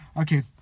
okay